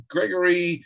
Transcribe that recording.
Gregory